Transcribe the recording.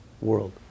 world